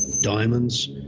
Diamonds